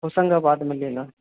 होसंगाबाद में लेना